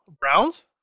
Browns